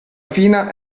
fina